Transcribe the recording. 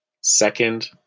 Second